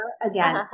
again